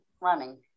running